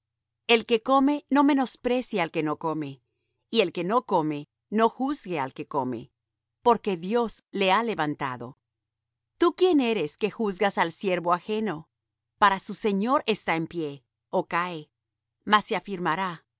el que come no menosprecie al que no come y el que no come no juzgue al que come porque dios le ha levantado tú quién eres que juzgas al siervo ajeno para su señor está en pie ó cae mas se afirmará